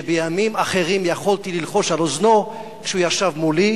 שבימים אחרים יכולתי ללחוש על אוזנו כשהוא ישב מולי,